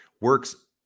works